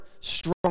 strong